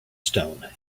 stone